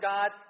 God